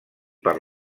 per